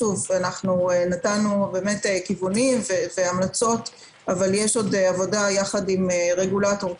נתנו כיוונים והמלצות אבל יש עבודה יחד עם רגולטור,